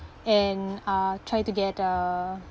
and uh try to get a